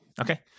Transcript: Okay